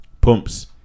Pumps